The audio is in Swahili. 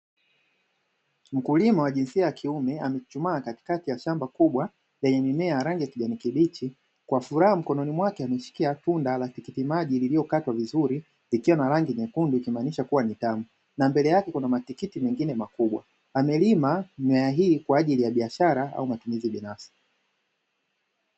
Mkulima wa jinsia ya kiume amechuchumaa katikati ya shamba kubwa lenye mimea ya rangi ya kijani kibichi kwa furaha mikononi mwake ameshikilia tunda la tikiti maji lililo katwa vizuri, ikiwa na rangi nyekundu ikimaanisha kuwa ni damu na mbele yake kuna matikiti mengine makubwa amelima mimea hii kwa ajili ya biashara au matumizi binafsi.